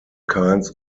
kinds